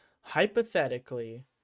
hypothetically